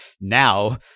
now